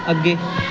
ਅੱਗੇ